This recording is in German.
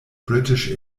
british